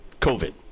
COVID